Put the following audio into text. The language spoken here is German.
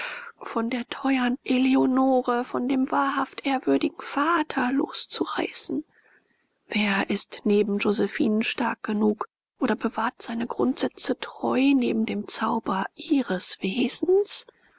von der teuern eleonore von dem wahrhaft ehrwürdigen vater loszureißen wer ist neben josephinen stark genug oder bewahrt seine grundsätze treu neben dem zauber ihres wesens